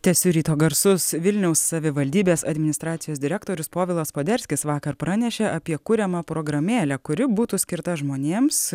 tęsiu ryto garsus vilniaus savivaldybės administracijos direktorius povilas poderskis vakar pranešė apie kuriamą programėlę kuri būtų skirta žmonėms